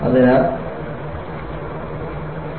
അതിനാൽ നിങ്ങൾക്ക് ഒരു ട്രേഡ്ഓഫ് വേണം